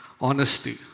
honesty